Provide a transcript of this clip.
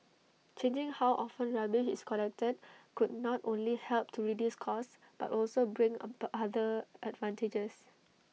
changing how often rubbish is collected could not only help to reduce costs but also bring other advantages